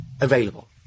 available